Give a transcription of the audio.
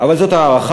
אבל זאת הערכה,